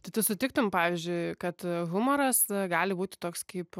tai tu sutiktum pavyzdžiui kad humoras gali būti toks kaip